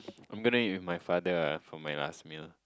I am gonna eat with my father ah for my last meal